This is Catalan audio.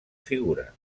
figura